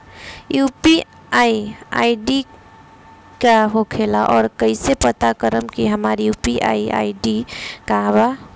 UPI ID का होखेला और कईसे पता करम की हमार यू.पी.आई आई.डी का बा?